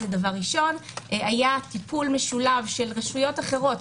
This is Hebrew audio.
היה טיפול משולב של רשויות אחרות,